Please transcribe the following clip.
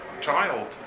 child